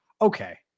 okay